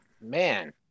Man